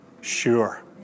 sure